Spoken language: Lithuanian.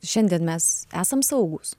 šiandien mes esam saugūs